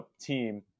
team